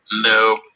No